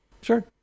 Sure